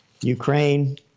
Ukraine